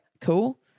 cool